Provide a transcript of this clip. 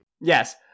Yes